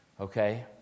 Okay